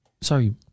Sorry